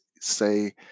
say